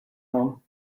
home